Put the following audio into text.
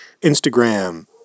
Instagram